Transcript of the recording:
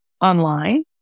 online